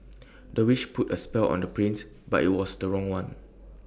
the witch put A spell on the prince but IT was the wrong one